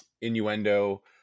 innuendo